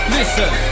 Listen